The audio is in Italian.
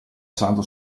santo